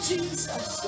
Jesus